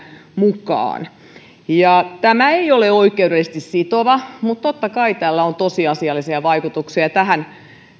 mukaan tämä ei ole oikeudellisesti sitova mutta totta kai tällä on tosiasiallisia vaikutuksia ja tähän